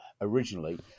originally